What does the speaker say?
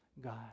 God